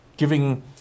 giving